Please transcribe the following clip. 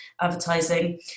advertising